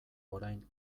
orain